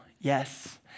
Yes